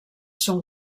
són